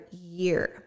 year